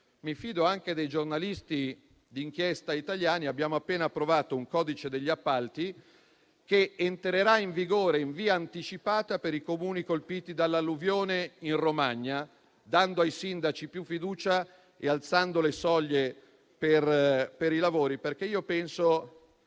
e anche dei giornalisti di inchiesta italiani. Abbiamo appena approvato un codice degli appalti, che entrerà in vigore in via anticipata per i Comuni colpiti dall'alluvione in Romagna, dando ai sindaci più fiducia e alzando le soglie per i lavori. Penso